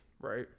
right